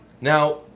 Now